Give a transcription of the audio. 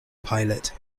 pilot